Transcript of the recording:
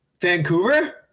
vancouver